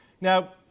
Now